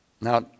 Now